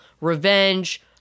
revenge